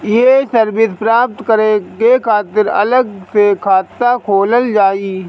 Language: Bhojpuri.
ये सर्विस प्राप्त करे के खातिर अलग से खाता खोलल जाइ?